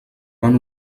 van